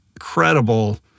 incredible